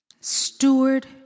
Steward